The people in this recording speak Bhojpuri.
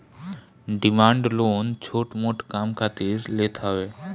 डिमांड लोन छोट मोट काम खातिर लेत हवे